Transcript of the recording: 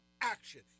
action